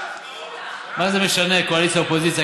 מה זה משנה, קואליציה, אופוזיציה?